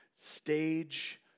stage